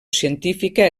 científica